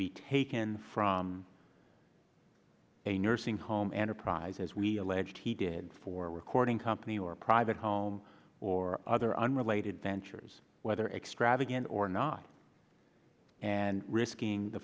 be taken from a nursing home enterprise as we alleged he did for recording company or private home or other unrelated ventures whether extravagant or not and risking the